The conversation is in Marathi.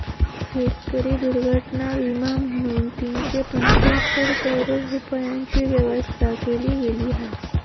शेतकरी दुर्घटना विमा म्हणून तीनशे पंचाहत्तर करोड रूपयांची व्यवस्था केली गेली हा